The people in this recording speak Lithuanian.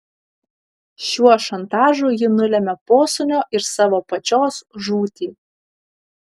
šiuo šantažu ji nulemia posūnio ir savo pačios žūtį